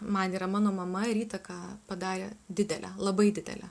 man yra mano mama ir įtaką padarė didelę labai didelę